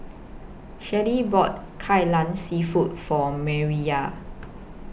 Shirlie bought Kai Lan Seafood For Mariyah